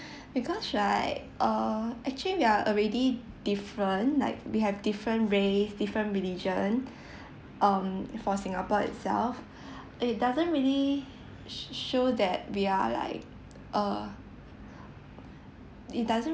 because right uh actually we are already different like we have different race different religion um for singapore itself it doesn't really sh~ show that we are like uh it doesn't